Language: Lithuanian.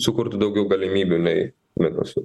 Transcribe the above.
sukurtų daugiau galimybių nei minusų